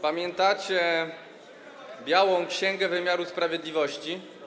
Pamiętacie białą księgę wymiaru sprawiedliwości?